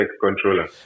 controller